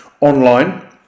online